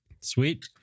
Sweet